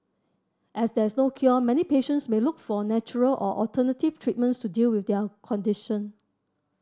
as there is no cure many patients may look for natural or alternative treatments to deal with their condition